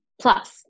Plus